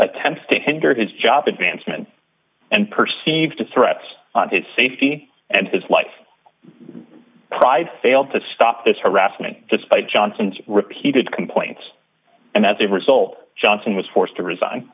attempts to hinder his job advancement and perceived threats on his safety and his life pride failed to stop this harassment despite johnson's repeated complaints and as a result johnson was forced to resign